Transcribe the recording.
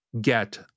get